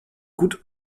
gut